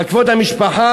על כבוד המשפחה,